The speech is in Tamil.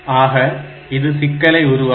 ஆக இது சிக்கலை உருவாக்கும்